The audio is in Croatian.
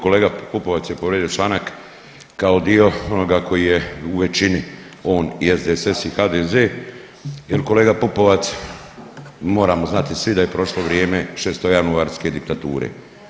Kolega Pupovac je povrijedio članak kao dio onoga koji je u većini, on i SDSS i HDZ jel kolega Pupovac moramo znati svi da je prošlo vrijeme šesto januarske diktature.